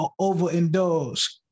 overindulge